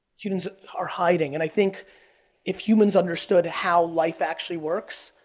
humans are hiding and i think if humans understood how life actually works,